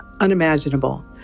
unimaginable